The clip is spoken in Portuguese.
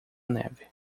neve